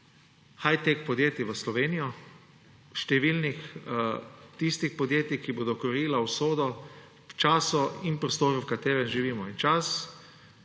high tech podjetij v Slovenijo, številna tista podjetja, ki bodo krojila usodo v času in prostoru, v katerem živimo. Čas